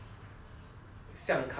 像咖啡 lah